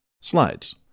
slides